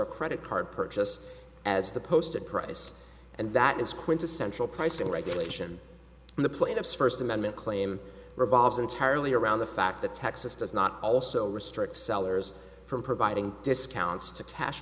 a credit card purchase as the posted price and that is quintessential pricing regulation in the plaintiff's first amendment claim revolves entirely around the fact that texas does not also restrict sellers from providing discounts to tas